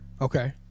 Okay